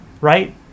right